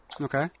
Okay